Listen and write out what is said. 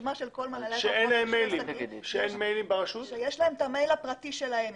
שיש להם את המייל הפרטי שלהם,